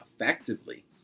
Effectively